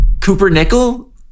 Cooper-Nickel